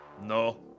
No